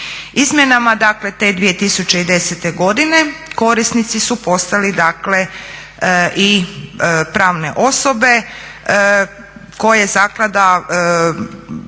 Izmjenama te 2010.godine, korisnici su postali i pravne osobe koje zaklada